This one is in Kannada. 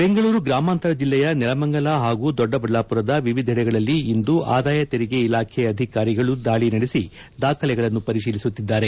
ಬೆಂಗಳೂರು ಗ್ರಾಮಾಂತರ ಜಿಲ್ಲೆಯ ನೆಲಮಂಗಲ ಹಾಗೂ ದೊಡ್ಡಬಳ್ಳಾಪುರದ ವಿವಿದೆಡೆಗಳಲ್ಲಿ ಇಂದು ಆದಾಯ ತೆರಿಗೆ ಇಲಾಖೆ ಅಧಿಕಾರಿಗಳು ದಾಳಿ ನಡೆಸಿ ದಾಖಲೆಗಳನ್ನು ಪರಿಶೀಲಿಸುತ್ತಿದ್ದಾರೆ